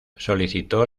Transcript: solicitó